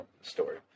story